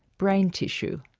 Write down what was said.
brain tissue.